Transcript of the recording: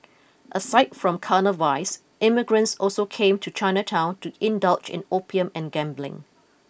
aside from carnal vice immigrants also came to Chinatown to indulge in opium and gambling